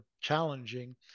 challenging